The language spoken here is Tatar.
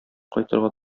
кайтырга